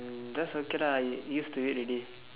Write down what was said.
um that's okay lah used used to it already